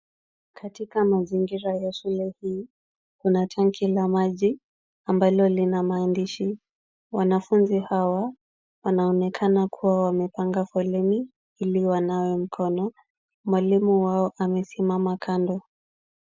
Katika mazingira ya shule hii, kuna tenki la maji ambalo lina maandishi. Wanafunzi hawa wanaonekana kuwa wamepanga foleni ili wanawe mkono. Mwalimu wao amesimama kando.